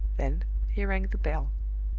then he rang the bell.